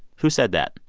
who said that?